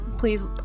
Please